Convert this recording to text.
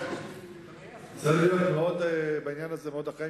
צריך להיות בעניין הזה מאוד אחראיים,